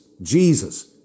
Jesus